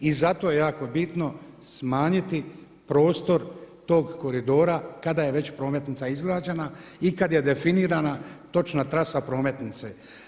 I zato je jako bitno smanjiti prostor tog koridora kada je već prometna izgrađena i kada je definirana točna trasa prometnice.